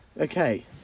Okay